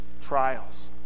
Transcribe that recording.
trials